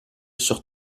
sur